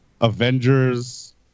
Avengers